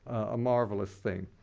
a marvelous thing.